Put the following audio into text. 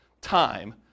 time